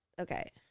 okay